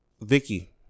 Vicky